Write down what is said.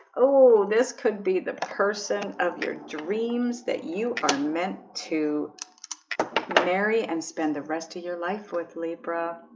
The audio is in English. oh this could be the person of your dreams that you are meant to marry and spend the rest of your life with libra